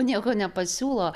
nieko nepasiūlo